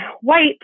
white